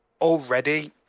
Already